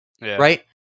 right